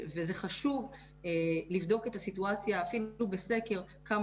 וזה חשוב לבדוק את הסיטואציה אפילו בסקר כמה